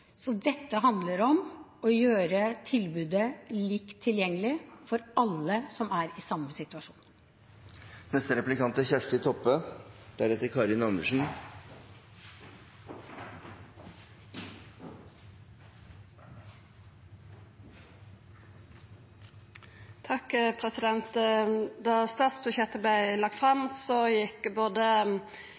Så dette handler om å gjøre tilbudet likt tilgjengelig for alle som er i samme situasjon. Da statsbudsjettet vart lagt fram, gjekk både